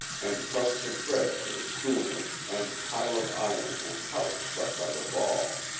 and crusts of bread for the schooner and pile of iron and house struck by the ball.